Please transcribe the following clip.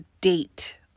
date